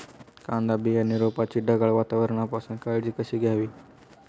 कांदा बियाणे रोपाची ढगाळ वातावरणापासून काळजी कशी घ्यावी?